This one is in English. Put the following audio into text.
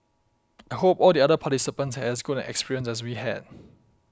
I hope all the other participants had as good an experience as we had